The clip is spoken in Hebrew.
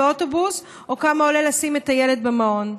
באוטובוס או כמה עולה לשים את הילד במעון.